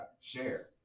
Share